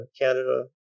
Canada